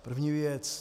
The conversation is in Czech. První věc.